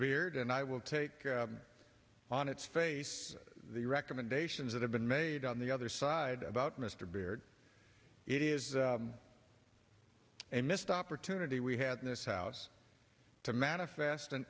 beard and i will take on its face the recommendations that have been made on the other side about mr baird it is a missed opportunity we had in this house to manifest an